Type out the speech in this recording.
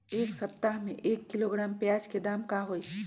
एक सप्ताह में एक किलोग्राम प्याज के दाम का होई?